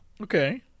Okay